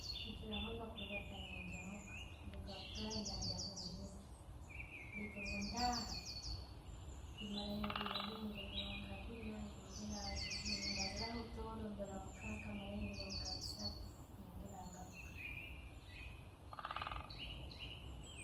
Nkira munno kuliibata ngenda muuka. Nduga buganda, ngenda bundibugyo, baitu bwentaha. Timarrayo ebiiro bingi, ebiiro nka biina nyongera ndabiraho tooro ndora mukaaka maarayo ebiro nka bisaatu nyongera ngaruka.